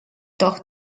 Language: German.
doch